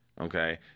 okay